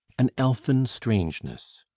an elfin strangeness.